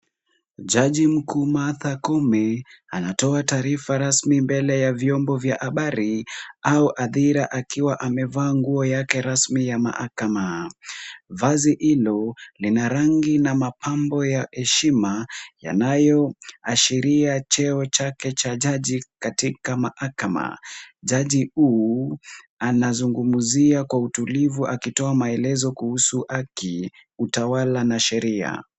Jaji mkuu Martha Koome, anatoa taarifa rasmi mbele ya vyombo vya habari au athira akiwa amevaa nguo yake rasmi ya mahakama. Vazi hilo lina rangi na mapambo ya heshima, yanayoashiria cheo chake cha jaji katika mahakama. Jaji mkuu anazungumzia kwa utulivu akitoa maelezo kuhusu haki, utawala na sheria.